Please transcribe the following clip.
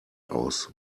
aus